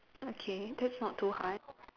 okay that's not too hard